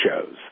shows